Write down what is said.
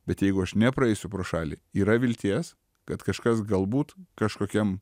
bet jeigu aš nepraeisiu pro šalį yra vilties kad kažkas galbūt kažkokiam